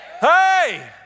Hey